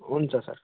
हुन्छ सर